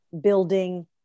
building